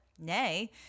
nay